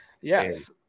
Yes